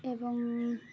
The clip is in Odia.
ଏବଂ